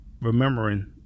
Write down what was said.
remembering